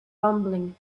rumbling